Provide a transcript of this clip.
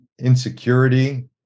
insecurity